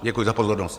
Děkuji za pozornost.